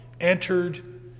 entered